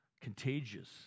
contagious